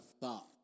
thought